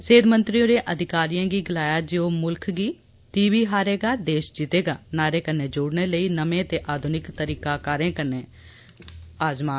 सेहत मंत्री होरें अधिकारिएं गी गलाया जे ओह् मुल्ख गी 'टी बी हारेगा देश जीतेगा' नारे कन्नै जोड़ने लेई नमें ते आधुनिक तरीकाकार आजमान